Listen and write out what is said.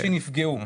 שנפגעו.